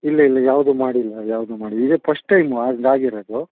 ಇಲ್ಲ ಇಲ್ಲ ಯಾವುದು ಮಾಡಿಲ್ಲ ಯಾವುದು ಮಾಡಿಲ್ಲ ಇದೇ ಫಸ್ಟ್ ಟೈಮು ಹಂಗ್ ಆಗಿರೋದು